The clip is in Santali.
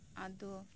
ᱟᱫᱚ